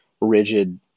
rigid